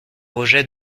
rejet